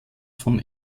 von